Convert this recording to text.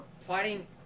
plotting